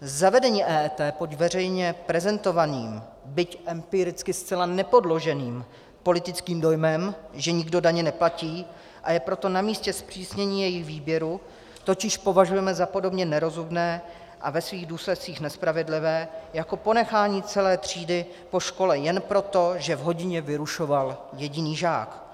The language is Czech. Zavedení EET pod veřejně prezentovaným, byť empiricky zcela nepodloženým politickým dojmem, že nikdo daně neplatí, a je proto namístě zpřísnění jejich výběru, totiž považujeme za podobně nerozumné a ve svých důsledcích nespravedlivé jako ponechání celé třídy po škole jen proto, že v hodině vyrušoval jediný žák.